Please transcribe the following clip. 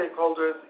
stakeholders